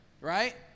right